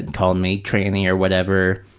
and called me tranny or whatever.